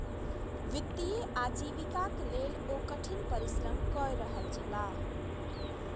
वित्तीय आजीविकाक लेल ओ कठिन परिश्रम कय रहल छलाह